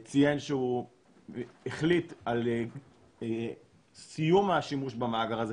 ציין שהוא החליט על סיום השימוש במאגר הזה,